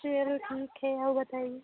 फ़िर ठीक है और बताइए